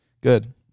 Good